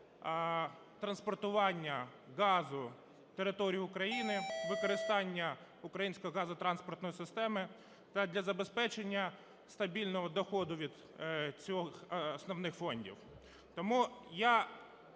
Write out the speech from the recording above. транспортування газу територією України, використання української газотранспортної системи та для забезпечення стабільного доходу від основних фондів. Тому я